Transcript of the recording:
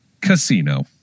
Casino